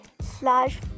slash